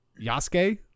Yasuke